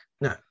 No